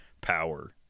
power